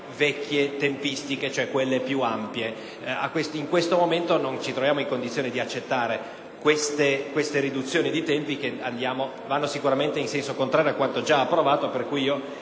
vecchie tempistiche, quelle piu ampie. Al momento non ci troviamo in condizione di accettare queste riduzioni di tempi, che vanno in senso contrario a quanto giaapprovato. Vorrei,